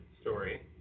story